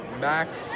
Max